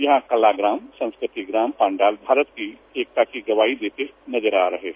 यहां कलाग्राम संस्कृति ग्राम पंडाल भारत की एकता की गवाही देते नजर आ रहे है